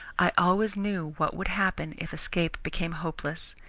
i always knew what would happen if escape became hopeless.